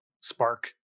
spark